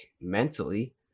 mentally